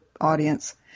audience